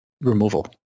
removal